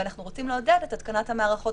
ואנחנו רוצים לעודד את התקנת המערכות